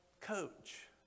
coach